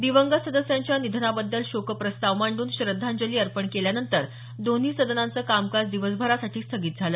दिवगंत सदस्यांच्या निधनाबद्दल शोकप्रस्ताव मांडून श्रद्धांजली अर्पण केल्यानंतर दोन्ही सदनाच कामकाज दिवसभरासाठी स्थगित झालं